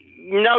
no